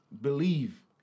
believe